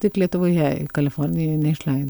tik lietuvoje kalifornijoj neišleid